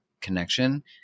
connection